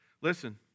Listen